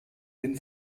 den